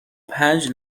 پنج